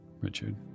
Richard